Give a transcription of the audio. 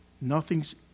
Nothing's